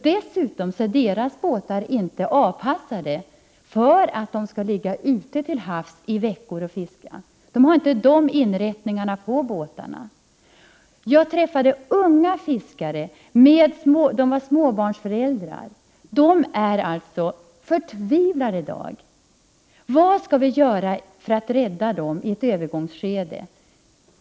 Dessutom är deras båtar inte avpassade för att de skall ligga ute till havs och fiska i veckor. De har inte de inrättningarna på båtarna. Jag har träffat unga fiskare med familjer, med småbarn. De är förtvivlade i dag. Vad skall vi göra för att rädda dem i ett övergångsskede?